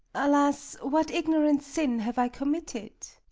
alas, what ignorant sin have i committed?